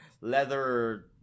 leather